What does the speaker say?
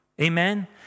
Amen